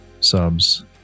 subs